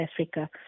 Africa